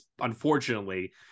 unfortunately